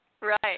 Right